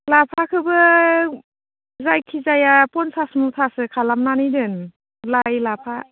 लाफाखोबो जायखि जाया पन्सास मुथासो खालामनानै दोन लाइ लाफा